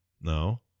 no